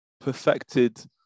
perfected